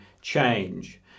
change